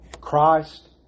Christ